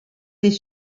les